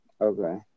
Okay